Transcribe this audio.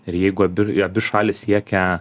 ir jeigu abi šalys siekia